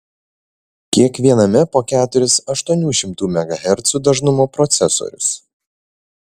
kiekviename po keturis aštuonių šimtų megahercų dažnumo procesorius